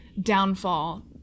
downfall